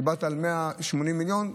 דיברת על 180 מיליון,